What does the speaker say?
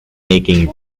making